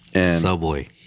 Subway